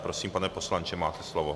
Prosím, pane poslanče, máte slovo.